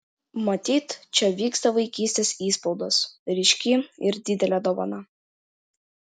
matyt čia tas vaikystės įspaudas ryški ir didelė dovana